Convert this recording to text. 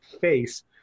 face